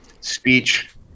speech